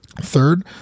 Third